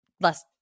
less